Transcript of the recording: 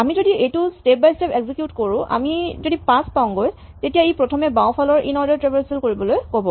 আমি যদি এইটো স্টেপ বাই স্টেপ এক্সিকিউট কৰোঁ আমি যদি ৫ পাওঁগৈ তেতিয়া ই প্ৰথমে বাওঁফালৰ ইনঅৰ্ডাৰ ট্ৰেভাৰছেল কৰিবলৈ ক'ব